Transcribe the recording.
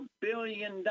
billion